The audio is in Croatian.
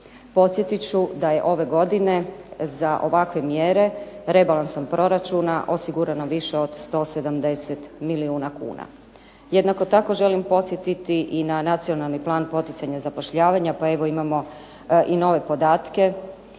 Podsjetit ću da je ove godine za ovakve mjere rebalansom proračuna osigurano više od 170 milijuna kuna. Jednako tako želim podsjetiti i na nacionalni plan poticanja zapošljavanja, pa evo imamo i nove podatke